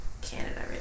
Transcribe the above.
Canada